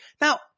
Now